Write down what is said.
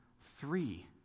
three